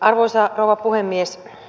arvoisa rouva puhemies